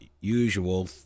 usual